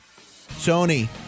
Sony